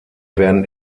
werden